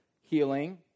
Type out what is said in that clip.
healing